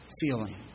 feeling